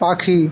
পাখি